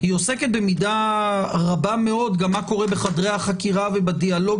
היא עוסקת במידה רבה מאוד גם במה שקורה בחדרי החקירה ובדיאלוג